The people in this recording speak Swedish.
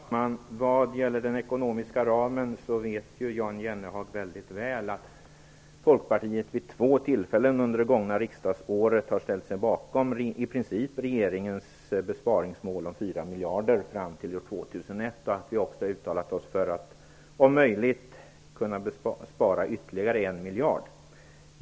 Fru talman! Vad gäller den ekonomiska ramen vet ju Jan Jennehag väldigt väl att Folkpartiet vid två tillfällen under det gångna riksdagsåret i princip har ställt sig bakom regeringens besparingsmål om 4 miljarder kronor fram till år 2001. Vi har också uttalat oss för att, om möjligt, spara ytterligare 1 miljard.